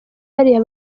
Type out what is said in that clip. hariya